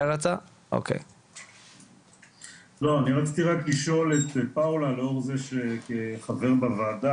אני רציתי רק לשאול את פאולה, כחבר בוועדה